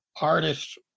artist